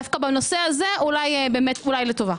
דווקא בנושא הזה אולי באמת לטובה.